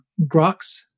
Grox